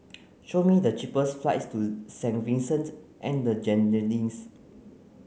show me the cheapest flights to Saint Vincent and the Grenadines